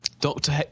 Doctor